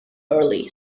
early